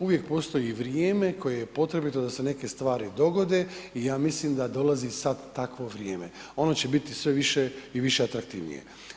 Uvijek postoj vrijeme koje je potrebito da se neke stvari dogode i ja mislim da dolazi sad takvo vrijeme, ono će biti sve više i više atraktivnije.